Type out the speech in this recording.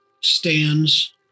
stands